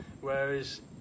whereas